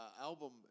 album